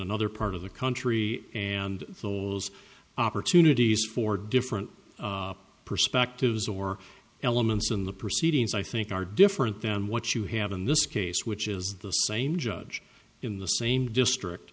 another part of the country and those opportunities for different perspectives or elements in the proceedings i think are different than what you have in this case which is the same judge in the same district